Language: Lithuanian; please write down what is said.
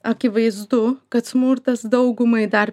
akivaizdu kad smurtas daugumai dar